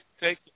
Take